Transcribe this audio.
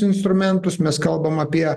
instrumentus mes kalbam apie